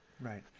Right